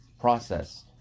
process